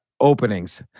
openings